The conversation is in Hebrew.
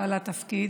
תודה.